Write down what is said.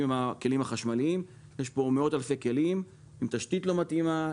עם הכלים החשמליים כאשר יש כאן מאות אלפי כלים עם תשתית לא מתאימה,